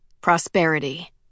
Prosperity